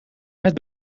het